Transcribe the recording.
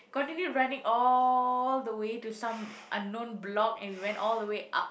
continue running all the way to some unknown block and we went all the way up